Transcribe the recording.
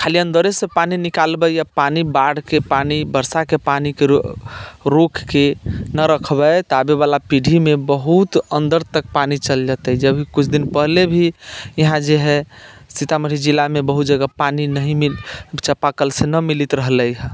खाली अन्दरेसँ पानि बाहर निकालबै आ बाढ़के पानि आ बरसातके पानिके रोकिके नि रखबै तऽ आबयवला पीढ़ीमे बहुत अन्दर तक पानि चल जेतै जे अभी किछु दिन पहिले भी यहाँ जे हइ सीतामढ़ी जिलामे पानि नहि मिल चापाकलसँ नहि मिलैत रहलै हे